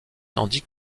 tandis